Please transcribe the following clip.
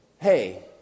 hey